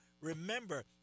remember